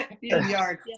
yard